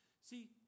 See